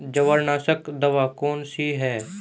जवारनाशक दवा कौन सी है?